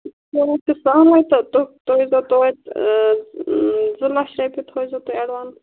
تہٕ زٕ لچھ رۄپیہِ تھٲیزیو تُہۍ ایڈوانٕس